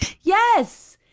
yes